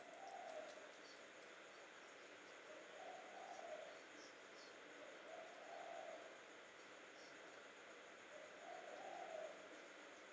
four